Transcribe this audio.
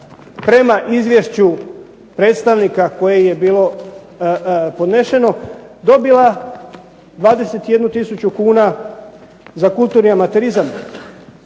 prema izvješću predstavnika koje je bilo podneseno, dobila 21 tisuću kuna za kulturni amaterizam,